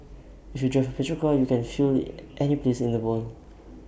if you drive A petrol car you can fuel IT any place in the world